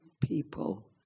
people